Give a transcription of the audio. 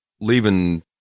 leaving